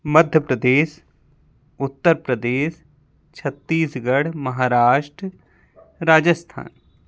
Madhya Pradesh Uttar Pradesh Chhattisgarh Maharashtra Rajasthan